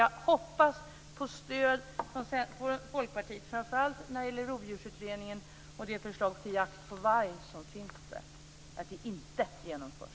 Jag hoppas på stöd från Folkpartiet framför allt när det gäller Rovdjursutredningen och dess förslag till jakt på varg, så att det inte genomförs.